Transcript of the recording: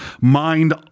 mind